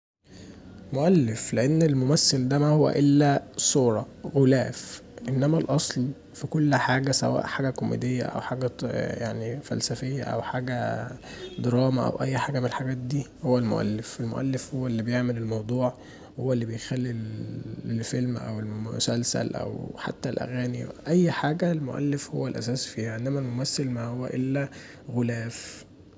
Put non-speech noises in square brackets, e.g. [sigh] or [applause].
مؤلف، لان الممثل دا ماهو الا صوره، غلاف انما الاصل في كل حاجه سواء حاجه كوميديه او حاجه [hesitation] فلسفيه او حاجه دراما او حاجه من الحاجات دي هو المؤلف، المؤلف هو اللي بيعمل الموضوع هو اللي بيخلي الفيلم او المسلسل وحتي الاغاني، اي حاجه المؤلف هو الاساس فيها، انما الممثل ماهو الا غلاف.